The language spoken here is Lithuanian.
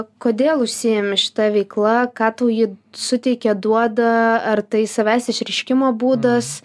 kodėl užsiimi šita veikla ką tau ji suteikia duoda ar tai savęs išreiškimo būdas